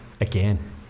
Again